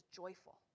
joyful